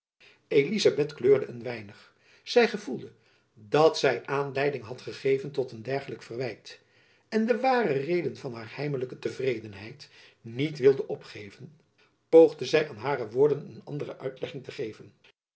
elizabeth kleurde een weinig zy gevoelde dat zy aanleiding had gegeven tot een dergelijk verwijt en de ware reden van haar heimelijke tevredenheid jacob van lennep elizabeth musch niet willende opgeven poogde zy aan hare woorden een andere uitlegging te geven